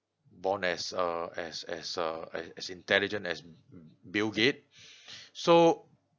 born as uh as as uh as as intelligent as bill gates so